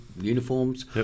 uniforms